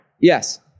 Yes